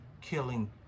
killing